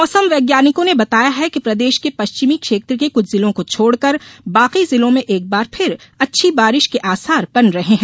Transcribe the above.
मौसम वैज्ञानिकों ने बताया है कि प्रदेश के पश्चिमी क्षेत्र के कुछ जिलों को छोड़कर बाकी जिलों में एक बार फिर अच्छी बारिश के आसार बन रहे है